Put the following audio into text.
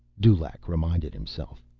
dulaq reminded himself,